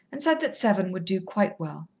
and said that seven would do quite well.